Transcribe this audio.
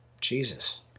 Jesus